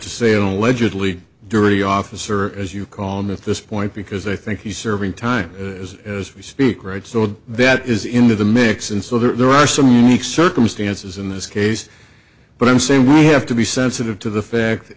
the officer as you call me at this point because i think he's serving time as we speak right so that is into the mix and so there are some unique circumstances in this case but i'm saying we have to be sensitive to the fact